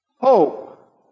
Hope